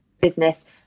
business